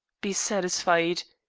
be satisfied.